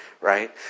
Right